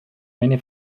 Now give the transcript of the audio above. meine